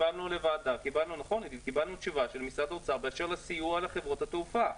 קיבלנו תשובה של משרד האוצר באשר לסיוע לחברות התעופה.